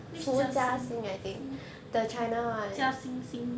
which jia xin fu jia xin xin